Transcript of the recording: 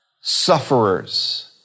sufferers